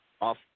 off